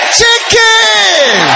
Chicken